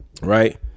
right